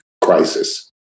crisis